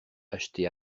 achetés